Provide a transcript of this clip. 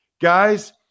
guys